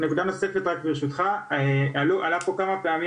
נקודה נוספת רק ברשותך עלה פה כמה פעמים